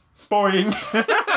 boing